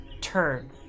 turn